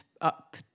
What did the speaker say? up